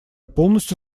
полностью